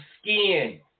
skin